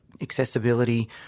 accessibility